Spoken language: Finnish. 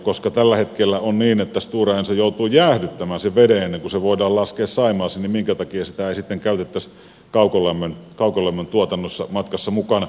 koska tällä hetkellä on niin että stora enso joutuu jäähdyttämään sen veden ennen kuin se voidaan laskea saimaaseen niin minkä takia sitä ei sitten käytettäisi kaukolämmön tuotannossa matkassa mukana